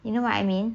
you know what I mean